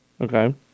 Okay